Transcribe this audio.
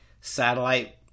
satellite